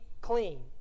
clean